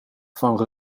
van